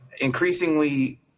increasingly